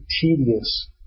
tedious